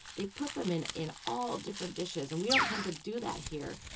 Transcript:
they put them in in all different dishes, and we don't tend to do that here.